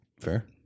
fair